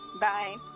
Bye